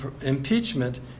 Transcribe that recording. impeachment